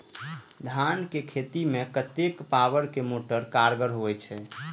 धान के खेती में कतेक पावर के मोटर कारगर होई छै?